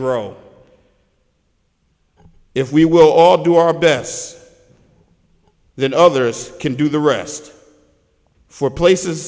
grow if we will all do our best then others can do the rest for places